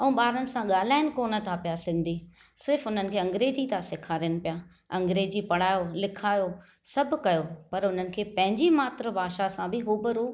ऐं ॿारनि सां ॻाल्हाईनि कोन था पिया सिंधी सिर्फ़ु हुननि खे अंग्रेजी था सेखारिनि पिया अंग्रेजी पढ़ायो लिखायो सभु कयो पर उन्हनि खे पंहिंजी मात्र भाषा सां बि रूबरू